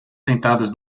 sentadas